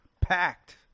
packed